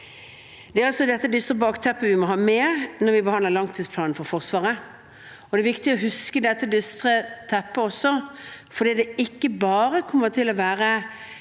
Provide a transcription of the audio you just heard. Det er dette dystre bakteppet vi må ha med oss når vi behandler langtidsplanen for Forsvaret. Det er viktig å huske dette dystre bakteppet fordi det ikke bare kommer til å være